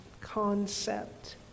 concept